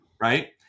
right